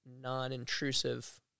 non-intrusive